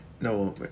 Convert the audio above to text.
No